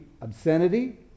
obscenity